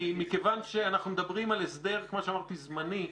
מכיוון שאנחנו מדברים על הסדר זמני,